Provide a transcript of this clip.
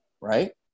right